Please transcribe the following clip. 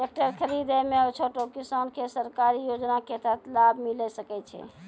Tractor खरीदै मे छोटो किसान के सरकारी योजना के तहत लाभ मिलै सकै छै?